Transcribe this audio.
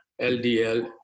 LDL